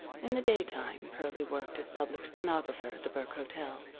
in the daytime pearlie worked as public stenographer at the burke hotel.